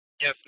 Yes